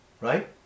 right